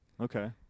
Okay